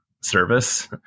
service